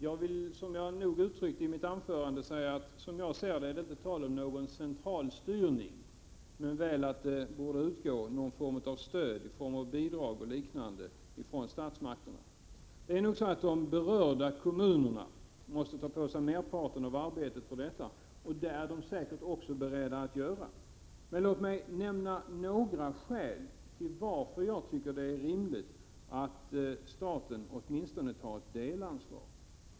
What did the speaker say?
Jag vill, som jag nog uttryckte i mitt anförande, säga att det, som jag ser det, inte är tal om någon centralstyrning men väl om någon typ av stöd i form av bidrag och liknande från statsmakterna. De berörda kommunerna måste nog ta på sig merparten av detta arbete, vilket de säkert också är beredda att göra. Låt mig nämna några skäl till att jag tycker att det är rimligt att staten åtminstone tar ett delansvar.